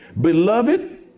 Beloved